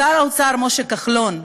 שר האוצר משה כחלון,